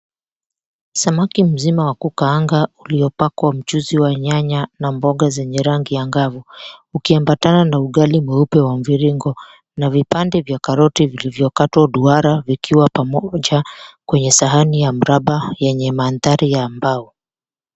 Samaki mzima wakukaanga uliopakwa mchuzi wa nyanya, na mboga zenye rangi angavu, na ugal wa mviringo, na vipande vya caroti vilivyo katwa duara, vikiwa pamoja kwenye sahani ya mraba yenye mandhari ya mbao.